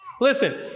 Listen